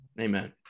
Amen